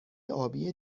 آبی